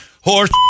horse